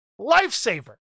Lifesaver